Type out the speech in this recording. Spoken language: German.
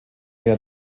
mehr